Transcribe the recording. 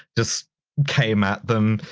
just came at them.